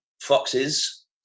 Foxes